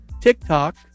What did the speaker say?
TikTok